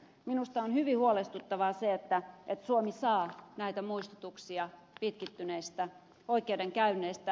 minusta on hyvin huolestuttavaa se että suomi saa näitä muistutuksia pitkittyneistä oikeudenkäynneistä